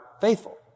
faithful